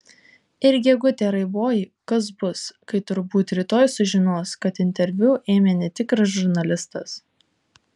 ir gegute raiboji kas bus kai turbūt rytoj sužinos kad interviu ėmė netikras žurnalistas